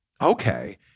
okay